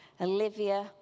Olivia